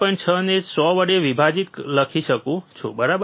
6 ને 100 વડે વિભાજીત લખી શકું છું બરાબર